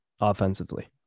offensively